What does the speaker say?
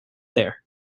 there